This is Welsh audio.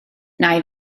nai